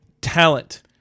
talent